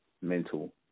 mental